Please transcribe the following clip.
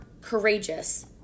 courageous